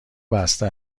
بسته